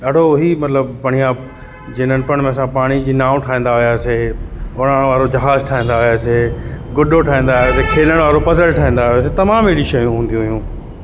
ॾाढो ई मतिलबु बढ़िया जीअं नंढपण में असां पाणीअ जी नाव ठाहींदा हुआसीं उॾण वारो जहाज ठाहींदा हुआसीं गुॾो ठाहींदा हुआसीं खेलनि वारो पजल ठाहींदा हुआसीं तमामु अहिड़ी शयूं हूंदियूं हुयूं